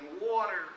water